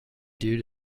due